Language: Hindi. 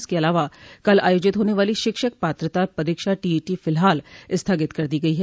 इसके अलावा कल आयोजित होने वाली शिक्षक पात्रता परीक्षा टीईटी फिलहाल स्थगित कर दी गई है